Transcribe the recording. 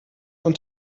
und